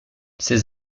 ses